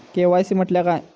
KYC म्हटल्या काय?